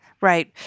Right